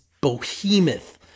behemoth